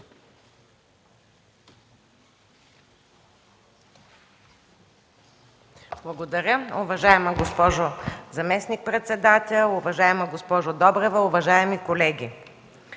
Благодаря. Уважаема госпожо заместник-председател, уважаема госпожо Добрева, уважаеми колеги!